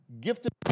gifted